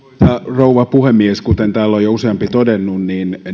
rouva puhemies kuten täällä on jo useampi todennut